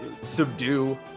subdue